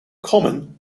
common